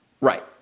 right